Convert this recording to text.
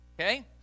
Okay